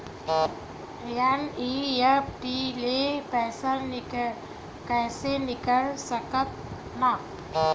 NEFT ले पईसा कइसे निकाल सकत हन?